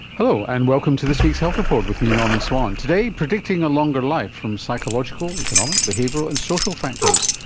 hello, and welcome to this week's health report with me, norman swan. today, predicting a longer life from psychological, economic, behavioural and social factors.